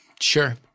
Sure